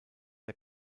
der